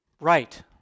right